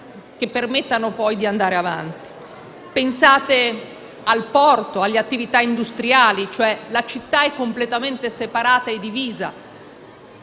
che permettano di andare avanti. Pensate al porto, alle attività industriali: la città è completamente separata e divisa.